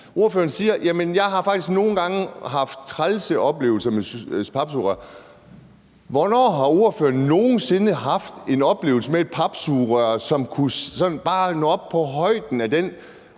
Ordføreren siger, at ordføreren faktisk nogle gange har haft trælse oplevelser med papsugerør. Hvornår har ordføreren nogen sinde haft en oplevelse med et papsugerør, som bare sådan kunne nå op på højden af den